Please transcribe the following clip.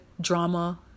drama